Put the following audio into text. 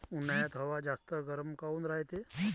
उन्हाळ्यात हवा जास्त गरम काऊन रायते?